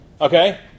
Okay